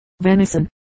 venison